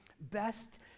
best